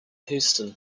houston